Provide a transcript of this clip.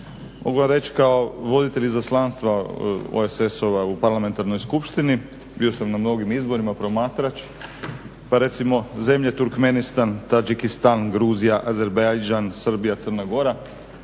Mogu vam reći kao voditelj izaslanstva OESS-ova u Parlamentarnoj skupštini bio sam na mnogim izborima promatrač pa recimo zemlje Turkmenistan, Tadžikistan, Gruzija, Azerbajdžan, Srbija, Crna Gora